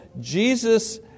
Jesus